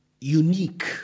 unique